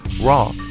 raw